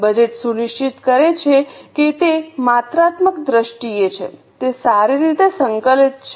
budget સુનિશ્ચિત કરે છે કે તે માત્રાત્મક દ્રષ્ટિએ છે તે સારી રીતે સંકલિત છે